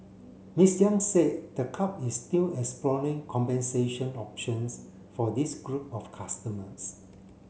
Ms Yang said the club is still exploring compensation options for this group of customers